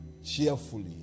cheerfully